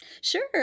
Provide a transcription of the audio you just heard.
Sure